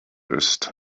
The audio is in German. ist